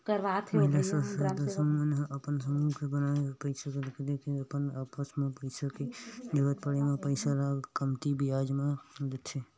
महिला स्व सहायता समूह मन ह अपन समूह बनाके पइसा सकेल के अपन आपस म पइसा के जरुरत पड़े म पइसा ल कमती बियाज म लेथे